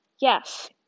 yes